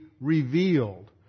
revealed